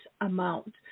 amount